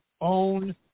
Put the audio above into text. own